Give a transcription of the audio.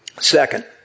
Second